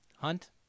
Hunt